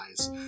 eyes